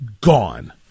gone